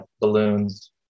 balloons